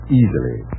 easily